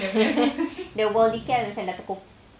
the macam dah terko~